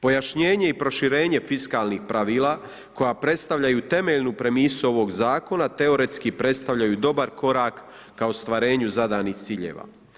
Pojašnjenje i proširenje fiskalnih pravila koja predstavljaju temeljnu premisu ovoga zakona teoretski predstavljaju dobar korak k ostvarenju zadanih ciljeva.